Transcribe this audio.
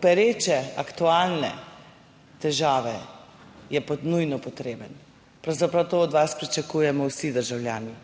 pereče aktualne težave je nujno potreben. Pravzaprav to od vas pričakujemo vsi državljani.